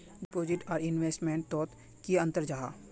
Deposit आर investment तोत की अंतर जाहा?